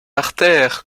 artère